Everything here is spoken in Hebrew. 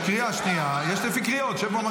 יש קריאה שנייה.